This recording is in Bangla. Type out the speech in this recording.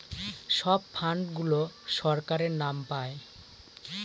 সব ফান্ড গুলো সরকারের নাম পাই